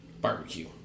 barbecue